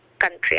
country